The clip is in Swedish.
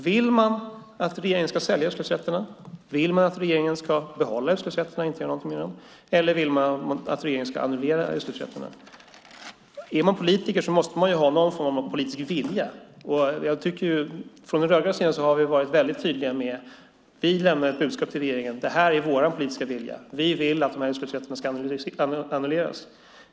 Vill man att regeringen ska sälja utsläppsrätterna? Vill man att regeringen ska behålla utsläppsrätterna och inte göra något med dem, eller vill man att regeringen ska annullera utsläppsrätterna? Som politiker måste man ha någon form av politisk vilja. Vi på den rödgröna sidan har varit väldigt tydliga. Vi lämnar ett budskap till regeringen och säger: Det här är vår politiska vilja. Vi vill att utsläppsrätterna ska annulleras.